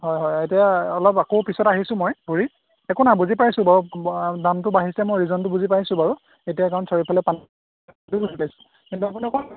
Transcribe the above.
হয় হয় এতিয়া অলপ আকৌ পিছত আহিছোঁ মই ঘূৰি একো নাই বুজি পাইছোঁ বাৰু দামটো বাঢ়িছে মই ৰিজনটো বুজি পাইছোঁ বাৰু এতিয়া কাৰণ চাৰিওফালে পানী কিন্তু আপোনালোকৰ